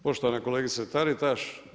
Poštovana kolegice TAritaš.